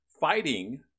fighting